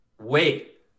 wait